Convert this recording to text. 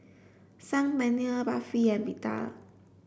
Saag Paneer Barfi and Pita